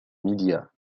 media